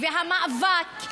המאבק,